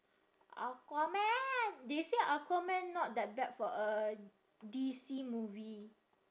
aquaman they say aquaman not that bad for a D_C movie